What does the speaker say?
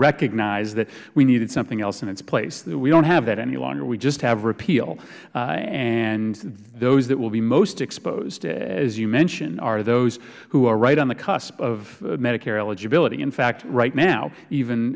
recognize that we needed something else in its place we don't have that any longer we just have repeal and those that will be most exposed as you mentioned are those who are right on the cusp of medicare eligibility in fact right now even